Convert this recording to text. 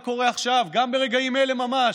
אני רואה מה קורה עכשיו, גם ברגעים אלה ממש: